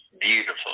beautiful